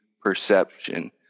perception